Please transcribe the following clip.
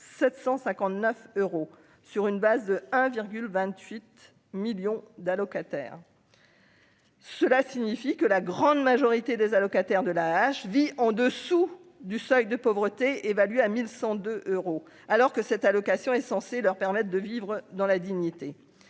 759 euros sur une base de un virgule 28 millions d'allocataires. Cela signifie que la grande majorité des allocataires de la hache vit en dessous du seuil de pauvreté, évalué à 1102 euros alors que cette allocation est censé leur permettre de vivre dans la dignité,